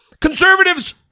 conservatives